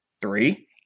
three